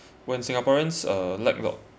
when singaporeans uh lack tho~